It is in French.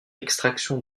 extraction